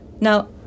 Now